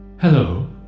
Hello